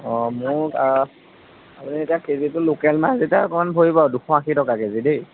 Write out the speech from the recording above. অঁ মোক আপুনি এতিয়া কেজিটো লোকেল মাছ যেতিয়া অকণমান ভৰিব আৰু দুশ আশী টকা কেজি দেই